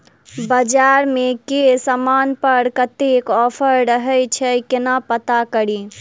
बजार मे केँ समान पर कत्ते ऑफर रहय छै केना पत्ता कड़ी?